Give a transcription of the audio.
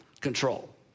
control